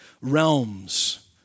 realms